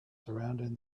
surrounding